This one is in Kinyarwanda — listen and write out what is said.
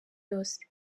yose